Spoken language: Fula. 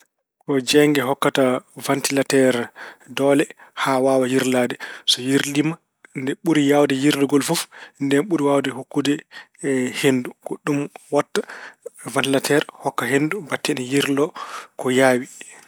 Ko jeeynge hokkata wantilateer doole haa waawa yirlaade. So yirliima, nde ɓuri waawde yirlaade fof, nden ɓuri waawde hokkude henndu. Ko ɗum waɗta wantilateer hokka henndu batte ene yirlo ko yaawi.